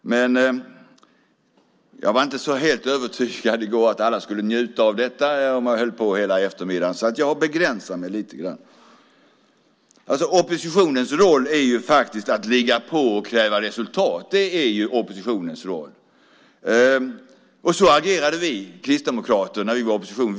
I går var jag inte helt övertygad om att alla skulle njuta av att jag höll på hela eftermiddagen, så jag har begränsat mig lite grann. Oppositionens roll är faktiskt att ligga på och kräva resultat. Så agerade vi kristdemokrater när vi var i opposition.